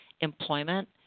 employment